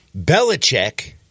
Belichick